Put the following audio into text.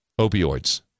Opioids